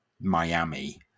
Miami